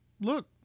look